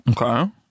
Okay